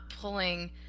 pulling